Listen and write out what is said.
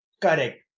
correct